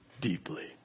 deeply